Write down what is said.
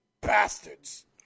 bastards